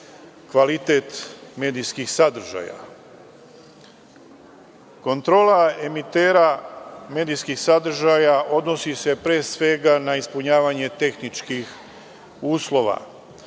kvalitet medijskih sadržaja? Kontrola emitera medijskih sadržaja odnosi se pre svega na ispunjavanje tehničkih uslova,